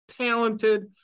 talented